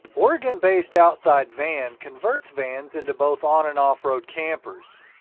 oregon based outside van converts vans into both on and off-road campers.